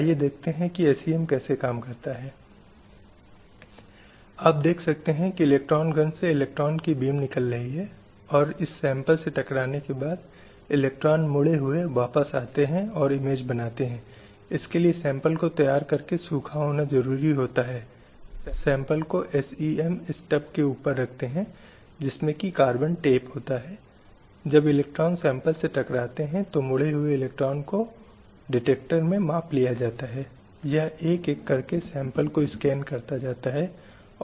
अब एक बात का उल्लेख किया जा सकता है कि ये सबसे स्वाभाविक हैं और कुछ ऐसा है जिसे समाज में स्वाभाविक रूप से विद्यमान होना चाहिए लेकिन यह तथ्य कि ये उपलब्ध नहीं हैं या इसे एक समूह के लोगों के लिए नकार दिया जाता है इन अधिकारों इन सम्मेलनों या पूरी प्रक्रिया में कानूनों के माध्यम से इसे सशक्त रूप से स्थापित करना आवश्यक बना देता है